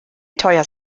teuer